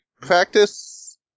practice